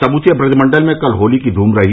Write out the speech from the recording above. समूचे ब्रज मण्डल में कल होली की धूम रही